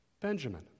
benjamin